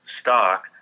stock